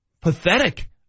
pathetic